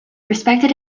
respected